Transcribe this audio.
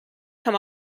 come